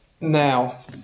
Now